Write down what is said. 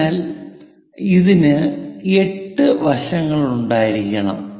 അതിനാൽ ഇതിന് 8 വശങ്ങളുണ്ടായിരിക്കണം